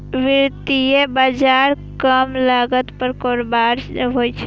वित्तीय बाजार कम लागत पर कारोबार होइ छै